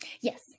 Yes